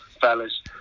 fellas